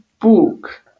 book